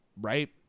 right